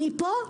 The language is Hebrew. אני פה,